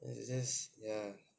just ya